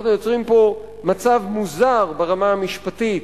אנחנו יוצרים פה מצב מוזר ברמה המשפטית,